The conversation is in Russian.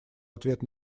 ответ